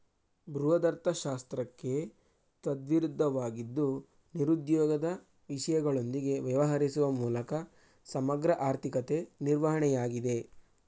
ಬೃಹದರ್ಥಶಾಸ್ತ್ರಕ್ಕೆ ತದ್ವಿರುದ್ಧವಾಗಿದ್ದು ನಿರುದ್ಯೋಗದ ವಿಷಯಗಳೊಂದಿಗೆ ವ್ಯವಹರಿಸುವ ಮೂಲಕ ಸಮಗ್ರ ಆರ್ಥಿಕತೆ ನಿರ್ವಹಣೆಯಾಗಿದೆ